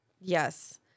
Yes